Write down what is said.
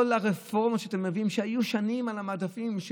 כל הרפורמות שאתם מביאים, שהיו שנים על המדפים,